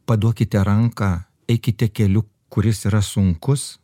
paduokite ranką eikite keliu kuris yra sunkus